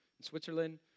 Switzerland